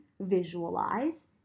visualize